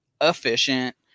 efficient